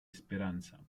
esperanza